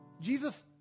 Jesus